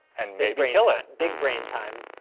and maybe kill it. big brain time.